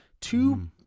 Two